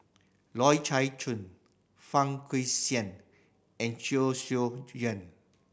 Loy Chye Chuan Fang Guixiang and Chee Soon Juan